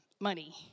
money